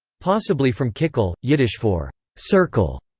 possibly from kikel, yiddish for circle.